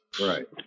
Right